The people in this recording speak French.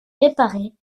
réparée